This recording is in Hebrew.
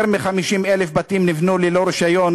יותר מ-50,000 בתים נבנו ללא רישיון,